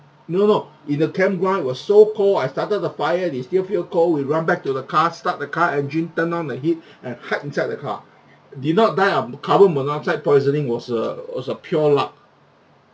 no no in the campground it was so cold I started the fire they still feel cold we run back to the car start the car engine turn on the heat and hide inside the car did not die of carbon monoxide poisoning was a was a pure luck